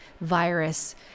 virus